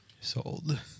Sold